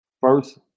First